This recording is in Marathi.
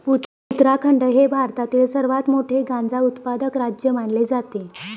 उत्तराखंड हे भारतातील सर्वात मोठे गांजा उत्पादक राज्य मानले जाते